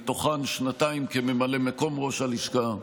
מתוכן שנתיים כממלא מקום ראש הלשכה.